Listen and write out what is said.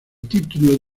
título